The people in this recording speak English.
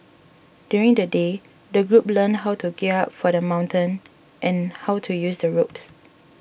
during the day the group learnt how to gear up for the mountain and how to use the ropes